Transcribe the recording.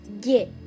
Get